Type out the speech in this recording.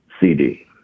CD